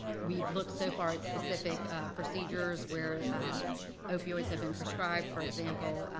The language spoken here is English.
we've looked so far at specific procedures where opioids have been prescribed. for example,